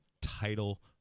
Title